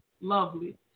lovely